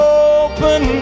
open